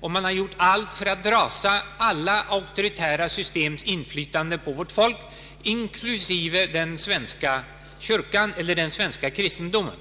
vår tid har man gjort allt för att rasera alla auktoritära systems inflytande på vårt folk, inklusive den svenska kyrkan, den svenska kristendomen.